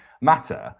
matter